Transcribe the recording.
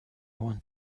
want